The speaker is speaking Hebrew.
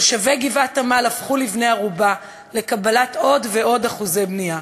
תושבי גבעת-עמל הפכו בני-ערובה לקבלת עוד ועוד אחוזי בנייה.